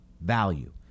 value